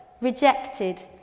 rejected